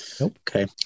okay